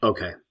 Okay